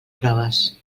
proves